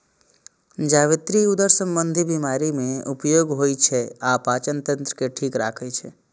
जावित्री उदर संबंधी बीमारी मे उपयोग होइ छै आ पाचन तंत्र के ठीक राखै छै